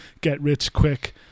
get-rich-quick